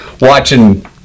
watching